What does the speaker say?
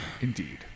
Indeed